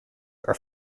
are